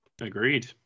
Agreed